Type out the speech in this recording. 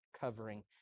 covering